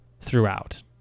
throughout